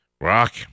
Rock